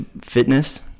Fitness